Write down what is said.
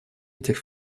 этих